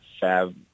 Fab